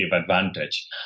advantage